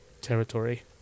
territory